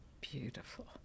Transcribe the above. Beautiful